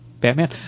batman